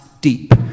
deep